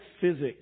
physics